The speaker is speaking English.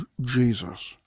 Jesus